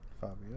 Fabio